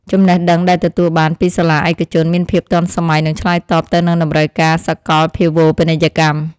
ចំណេះដឹងដែលទទួលបានពីសាលាឯកជនមានភាពទាន់សម័យនិងឆ្លើយតបទៅនឹងតម្រូវការសកលភាវូបនីយកម្ម។